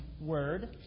word